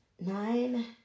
nine